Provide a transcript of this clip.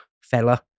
fella